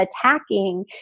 attacking